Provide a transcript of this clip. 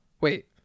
Wait